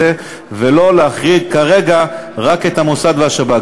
ולא להחריג כרגע רק את המוסד והשב"כ.